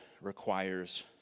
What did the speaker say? requires